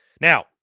Now